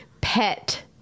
pet